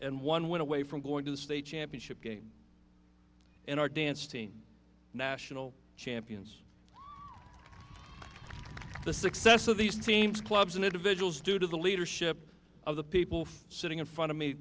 and one win away from going to the state championship game in our dance team national champions the success of these teams clubs and individuals due to the leadership of the people sitting in front of me